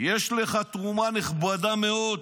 יש לך תרומה נכבדה מאוד,